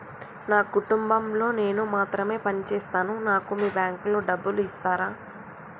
నా కుటుంబం లో నేను మాత్రమే పని చేస్తాను నాకు మీ బ్యాంకు లో డబ్బులు ఇస్తరా?